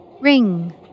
Ring